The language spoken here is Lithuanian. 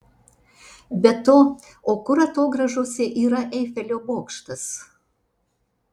be to o kur atogrąžose yra eifelio bokštas